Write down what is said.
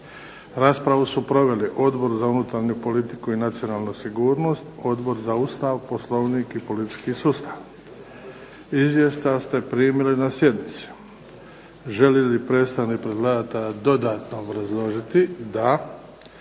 Raspravu su proveli Odbor za unutarnju politiku i nacionalnu sigurnost, Odbor za Ustav, Poslovnik i politički sustav. Izvješća ste primili na sjednici. Želi li predstavnik predlagatelja dodatno obrazložiti? Da.